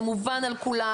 זה מובן על כולם,